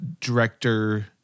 director